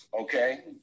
Okay